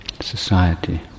Society